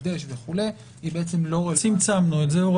וכו', היא בעצם לא צמצמנו את זה.